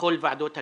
בכל ועדות הכנסת.